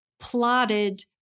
plotted